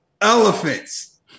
Elephants